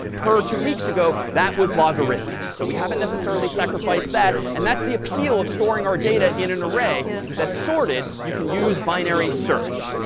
per two weeks ago, that was logarithmic. so we haven't necessarily sacrificed that. and that's the appeal of storing our data in an array that's sorted. you can use binary search.